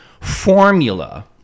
formula